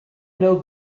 know